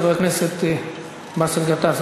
חבר הכנסת באסל גטאס,